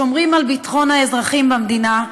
שומרים על ביטחון האזרחים במדינה,